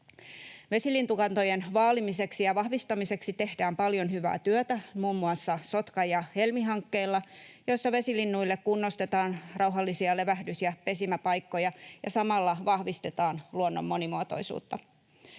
Vesilintukantojen vaalimiseksi ja vahvistamiseksi tehdään paljon hyvää työtä, muun muassa Sotka- ja Helmi-hankkeilla, joissa vesilinnuille kunnostetaan rauhallisia levähdys- ja pesimäpaikkoja ja samalla vahvistetaan luonnon monimuotoisuutta.